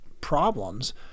problems